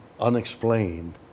unexplained